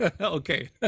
okay